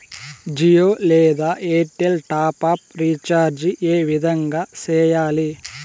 జియో లేదా Airtel top up recharge ఏ విధంగా సేయాలి